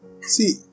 See